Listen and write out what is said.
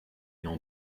n’en